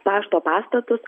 pašto pastatus